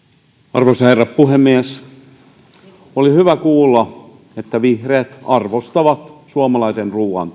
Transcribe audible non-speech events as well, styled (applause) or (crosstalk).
arvoisa herra puhemies oli hyvä kuulla että vihreät arvostavat suomalaisen ruoan (unintelligible)